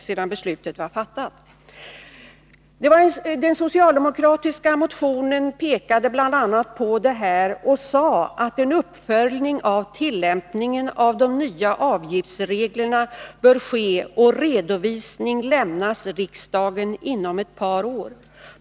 I den socialdemokratiska motionen pekade man bl.a. på detta och sade att en uppföljning av tillämpningen av de nya avgiftsreglerna borde ske och en redovisning lämnas riksdagen inom ett par år.